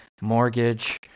mortgage